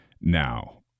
now